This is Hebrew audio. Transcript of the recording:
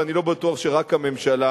ואני לא בטוח שרק הממשלה